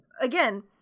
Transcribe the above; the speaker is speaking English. again